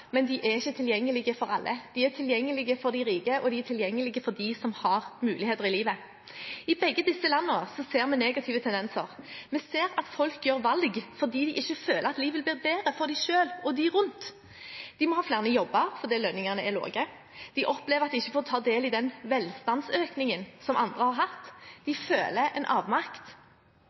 men disse er ikke tilgjengelige for alle. De er tilgjengelige for de rike, og de er tilgjengelige for dem som har muligheter i livet. I begge disse landene ser vi negative tendenser. Vi ser at folk gjør valg fordi de ikke føler at livet blir bedre for dem selv og de rundt. De må ha flere jobber fordi lønningene er lave. De opplever at de ikke får ta del i den velstandsøkningen som andre har hatt. De føler en avmakt.